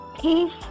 peace